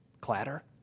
clatter